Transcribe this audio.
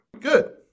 good